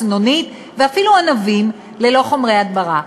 צנונית ואפילו ענבים ללא חומרי הדברה.